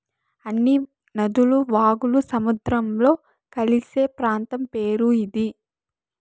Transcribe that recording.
అన్ని నదులు వాగులు సముద్రంలో కలిసే ప్రాంతం పేరు ఇది